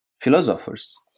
philosophers